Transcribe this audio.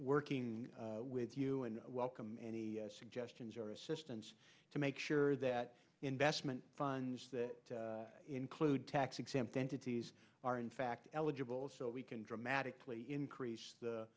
working with you and i welcome any suggestions or assistance to make sure that the investment funds that include tax exempt entities are in fact eligible so we can dramatically increase